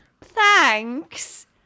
Thanks